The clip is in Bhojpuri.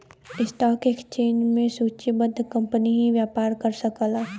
स्टॉक एक्सचेंज में सूचीबद्ध कंपनी ही व्यापार कर सकला